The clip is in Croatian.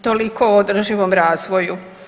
Toliko o održivom razvoju.